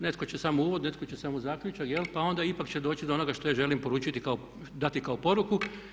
Netko će samo uvod, netko će samo zaključak, pa onda ipak će doći do noga što ja želim poručiti kao, dati kao poruku.